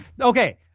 Okay